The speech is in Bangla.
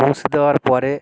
পৌঁছে দেওয়ার পরে